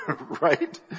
right